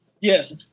Yes